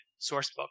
sourcebook